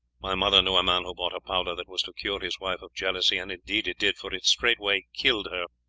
my mother knew a man who bought a powder that was to cure his wife of jealousy and indeed it did, for it straightway killed her,